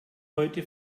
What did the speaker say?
heute